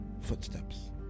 footsteps